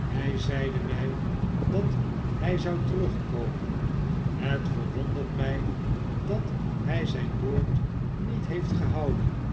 hij zeide mij dat hij zou terugkomen het verwondert mij dat hij zijn woord niet heeft gehouden